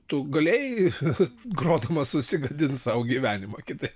tu galėjai grodamas susigadint sau gyvenimą kitaip